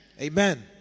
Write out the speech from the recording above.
Amen